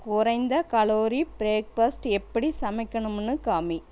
குறைந்த calorie breakfast எப்படி சமைக்கணும்னு காமி